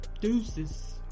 Deuces